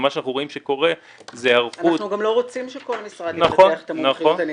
אנחנו גם לא רוצים שכל משרד יפתח את המומחיות.